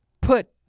put